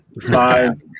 Five